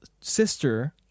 sister